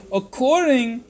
according